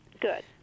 Good